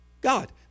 God